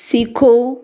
सीखो